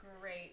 great